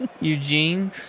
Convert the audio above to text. Eugene